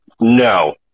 No